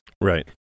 Right